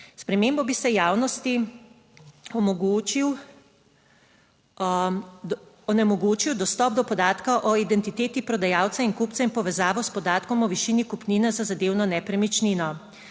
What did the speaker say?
spremembo bi se javnosti omogočil, onemogočil dostop do podatkov o identiteti prodajalca in kupca in povezavo s podatkom o višini kupnine za zadevno nepremičnino.